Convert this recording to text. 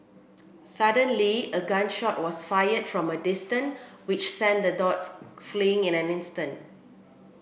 suddenly a gun shot was fired from a distance which sent the dogs fleeing in an instant